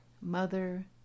Mother